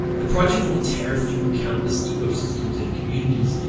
the project will tear through countless ecosystems and communities,